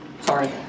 sorry